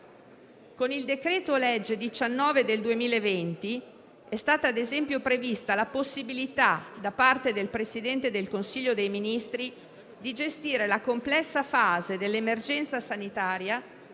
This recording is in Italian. Con il decreto-legge n. 19 del 2020 è stata - ad esempio - prevista la possibilità, da parte del Presidente del Consiglio dei ministri, di gestire la complessa fase dell'emergenza sanitaria